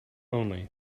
only